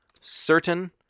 certain